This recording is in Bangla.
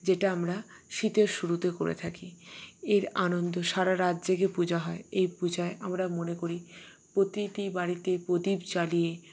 যেটা আমরা শীতের শুরুতে করে থাকি এর আনন্দ সারা রাত জেগে পূজা হয় এই পূজায় আমরা মনে করি প্রতিটি বাড়িতে প্রদীপ জ্বালিয়ে